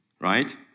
Right